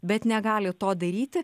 bet negali to daryti